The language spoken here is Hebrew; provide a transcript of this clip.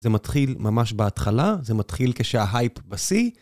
זה מתחיל ממש בהתחלה, זה מתחיל כשה-Hype בשיא